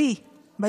חברי השר דיכטר,